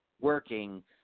working